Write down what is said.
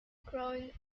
ground